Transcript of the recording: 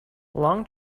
long